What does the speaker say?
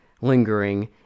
Lingering